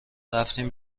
رفتیم